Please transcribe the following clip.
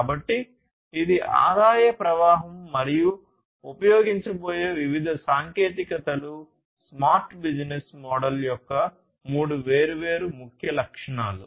కాబట్టి ఇది ఆదాయ ప్రవాహం మరియు ఉపయోగించబోయే వివిధ సాంకేతికతలు స్మార్ట్ బిజినెస్ మోడల్ యొక్క మూడు వేర్వేరు ముఖ్య లక్షణాలు